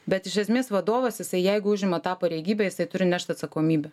bet iš esmės vadovas jisai jeigu užima tą pareigybę jisai turi nešt atsakomybę